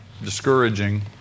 discouraging